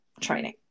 Training